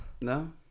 No